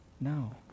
No